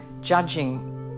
judging